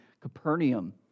Capernaum